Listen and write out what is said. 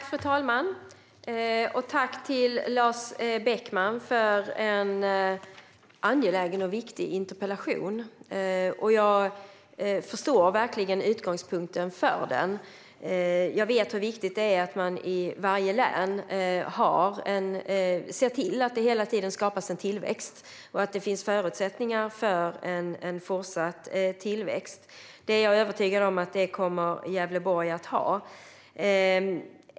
Fru talman! Tack, Lars Beckman, för en angelägen och viktig interpellation! Jag förstår verkligen utgångspunkten för den. Jag vet hur viktigt det är att man i varje län ser till att det hela tiden skapas en tillväxt och att det finns förutsättningar för en fortsatt tillväxt. Jag är övertygad om att Gävleborg kommer att ha detta.